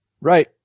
Right